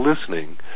listening